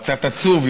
או קצת עצוב,